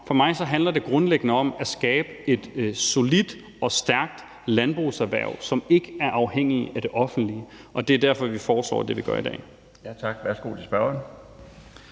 For mig handler det grundlæggende om at skabe et solidt og stærkt landbrugserhverv, som ikke er afhængig af det offentlige, og det er derfor, vi foreslår det, vi gør i dag.